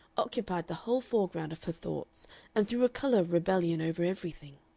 occupied the whole foreground of her thoughts and threw a color of rebellion over everything.